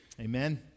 Amen